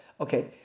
Okay